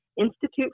Institute